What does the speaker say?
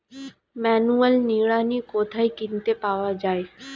Manual নিড়ানি কোথায় কিনতে পাওয়া যায়?